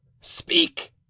Speak